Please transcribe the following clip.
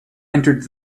entered